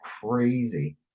crazy